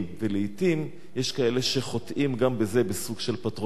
ולעתים יש כאלה שחוטאים גם בזה בסוג של פטרונות,